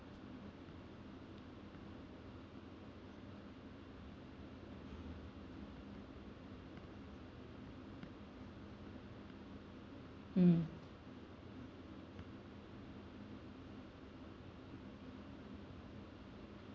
hmm